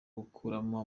gukuramo